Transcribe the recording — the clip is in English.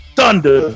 Thunder